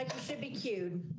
should be queued